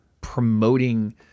promoting